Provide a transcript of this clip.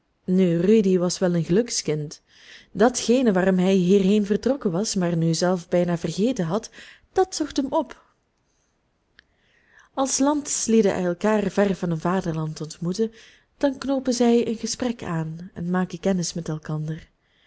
nu rudy was wel een gelukskind datgene waarom hij hierheen vertrokken was maar nu zelf bijna vergeten had dat zocht hem op als landslieden elkaar ver van hun vaderland ontmoeten dan knoopen zij een gesprek aan en maken kennis met elkander